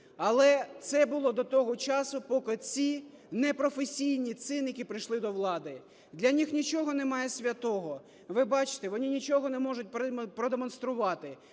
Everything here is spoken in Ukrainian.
Але це було до того часу, поки ці непрофесійні циніки прийшли до влади. Для них нічого немає святого. Ви бачите, вони нічого не можуть продемонструвати.